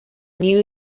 new